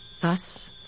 Thus